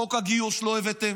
את חוק הגיוס לא הבאתם.